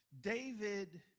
David